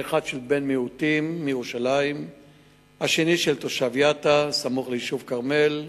האחד של בן מיעוטים מירושלים והשני של תושב יטא סמוך ליישוב כרמל.